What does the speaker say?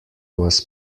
was